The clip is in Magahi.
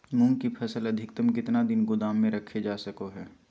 मूंग की फसल अधिकतम कितना दिन गोदाम में रखे जा सको हय?